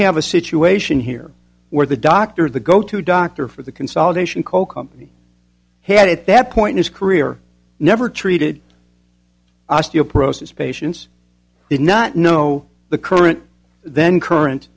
have a situation here where the doctor the go to doctor for the consolidation coal company had at that point his career never treated osteoporosis patients did not know the current then current